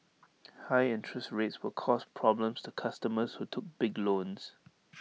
high interest rates will cause problems to customers who took big loans